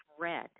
red